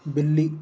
बिल्ली